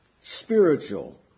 spiritual